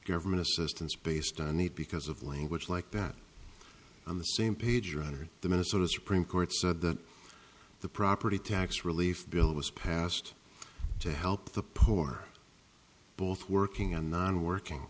government assistance based on need because of language like that on the same page under the minnesota supreme court said that the property tax relief bill was passed to help the poor both working and non working